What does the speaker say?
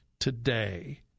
Today